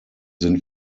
sind